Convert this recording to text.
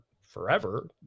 forever